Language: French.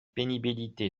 pénibilité